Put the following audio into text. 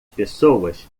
pessoas